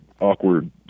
awkward